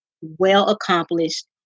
well-accomplished